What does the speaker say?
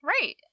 Right